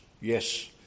Yes